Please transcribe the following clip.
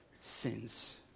sins